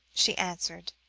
she answered,